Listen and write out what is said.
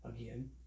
again